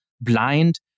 blind